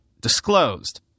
disclosed